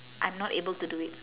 I'm not able to do it